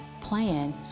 plan